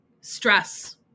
stress